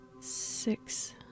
six